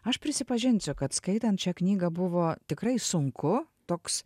aš prisipažinsiu kad skaitant šią knygą buvo tikrai sunku toks